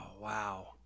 wow